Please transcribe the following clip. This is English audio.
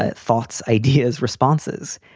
ah thoughts, ideas, responses,